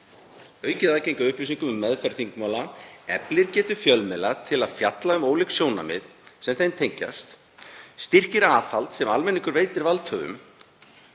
Aukið aðgengi að upplýsingum um meðferð þingmála eflir getu fjölmiðla til að fjalla um ólík sjónarmið sem þeim tengjast, styrkir aðhald sem almenningur veitir valdhöfum